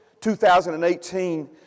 2018